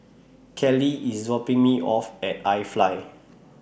Kallie IS dropping Me off At IFly